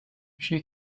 she